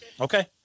okay